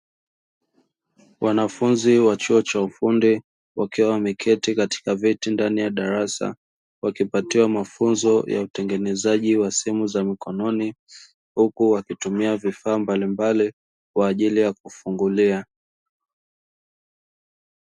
Wanafunzi wa chuo cha ufundi wakiwa wameketi katika viti ndani ya darasa wakipatiwa mafunzo ya utengenezaji wa simu za mikononi, huku wakitumia vifaa mbalimbali kwa ajili ya kufungulia.